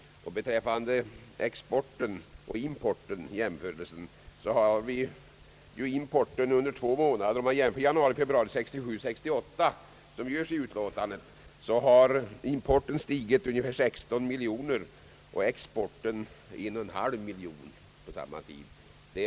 Om man, såsom skett i utskottsutlåtandet, jämför januari och februari 1967 med samma månader 1968 finner man att importen stigit med ungefär 16 miljoner kronor och exporten med en och en halv miljon.